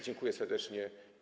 Dziękuję serdecznie.